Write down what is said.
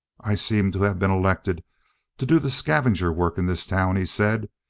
i seem to have been elected to do the scavenger work in this town, he said.